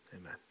amen